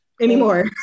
anymore